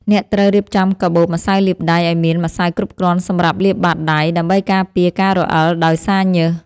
អ្នកត្រូវរៀបចំកាបូបម្សៅលាបដៃឱ្យមានម្សៅគ្រប់គ្រាន់សម្រាប់លាបបាតដៃ ដើម្បីការពារការរអិលដោយសារញើស។